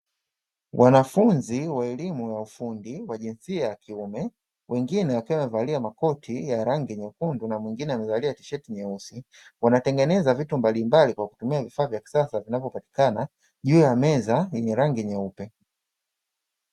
Wanafunzi wa elimu ya ufundi wa jinsia ya kiume, wengine wakiwa wamevalia makoti ya rangi nyekundu na mwingine amevalia tisheti nyeusi. Wanatengeneza vitu mbalimbali kwa kutumia vifaa vya kisasa vinavyopatikana juu ya meza yenye rangi nyeupe.